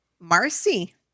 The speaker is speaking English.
Marcy